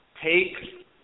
take